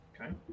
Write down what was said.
Okay